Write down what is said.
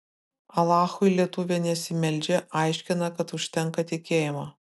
alachui lietuvė nesimeldžia aiškina kad užtenka tikėjimo